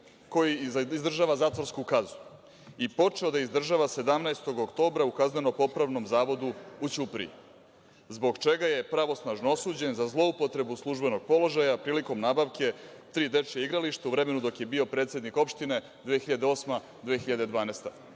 koji izdržava zatvorsku kaznu i počeo da izdržava 17. oktobra u Kazneno popravnom zavodu u Ćupriji. Zbog čega je pravosnažno osuđen? Za zloupotrebu službenog položaja prilikom nabavke tri dečija igrališta u vremenu dok je bio predsednik opštine 2008-2012.